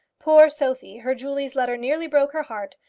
poor sophie! her julie's letter nearly broke her heart.